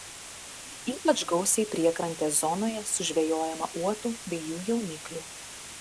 ypač gausiai priekrantės zonoje sužvejojama uotų bei jų jauniklių